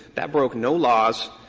that broke no laws,